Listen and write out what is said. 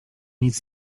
nic